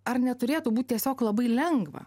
ar neturėtų būt tiesiog labai lengva